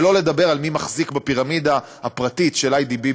שלא לדבר על מי שמחזיק בפירמידה הפרטית של איי.די.בי.